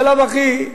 בלאו הכי,